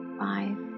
five